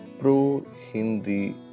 pro-hindi